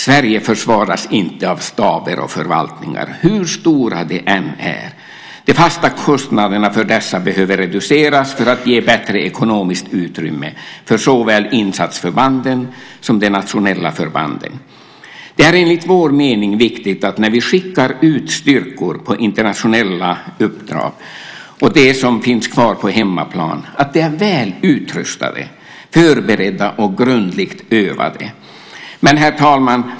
Sverige förvaras inte av staber och förvaltningar hur stora de än är. Det fasta kostnaderna för dessa behöver reduceras för att ge bättre ekonomiskt utrymme för såväl insatsförbanden som de nationella förbanden. Det är enligt vår mening viktigt när vi skickar ut styrkor på internationella uppdrag - och det gäller också de som är kvar på hemmaplan - att de är väl utrustade, förberedda och grundligt övade. Herr talman!